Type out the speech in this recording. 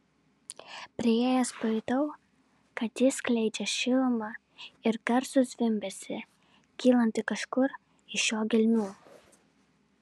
priėjęs pajutau kad jis skleidžia šilumą ir garsų zvimbesį kylantį kažkur iš jo gelmių